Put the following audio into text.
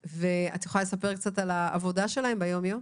יכולה לספר קצת על העבודה שלהם ביום-יום?